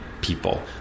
people